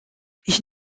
ich